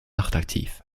nachtaktiv